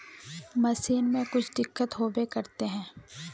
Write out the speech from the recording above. Machine में कुछ दिक्कत होबे करते है?